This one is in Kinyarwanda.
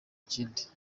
kindi